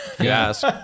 yes